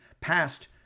passed